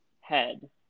head